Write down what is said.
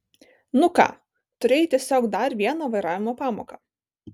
nu ką turėjai tiesiog dar vieną vairavimo pamoką